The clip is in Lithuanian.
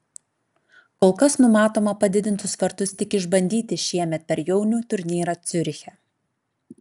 kol kas numatoma padidintus vartus tik išbandyti šiemet per jaunių turnyrą ciuriche